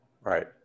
right